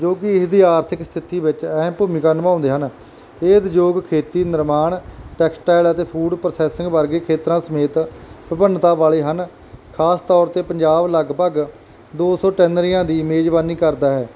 ਜੋ ਕਿ ਇਹਦੀ ਆਰਥਿਕ ਸਥਿਤੀ ਵਿੱਚ ਅਹਿਮ ਭੂਮਿਕਾ ਨਿਭਾਉਂਦੇ ਹਨ ਇਹ ਉਦਯੋਗ ਖੇਤੀ ਨਿਰਮਾਣ ਟੈਕਸਟਾਈਲ ਅਤੇ ਫੂਡ ਪ੍ਰੋਸੈਸਿੰਗ ਵਰਗੇ ਖੇਤਰਾਂ ਸਮੇਤ ਵਿਭਿੰਨਤਾ ਵਾਲੇ ਹਨ ਖ਼ਾਸ ਤੌਰ 'ਤੇ ਪੰਜਾਬ ਲਗਭਗ ਦੋ ਸੌ ਟੈਨਰੀਆਂ ਦੀ ਮੇਜਬਾਨੀ ਕਰਦਾ ਹੈ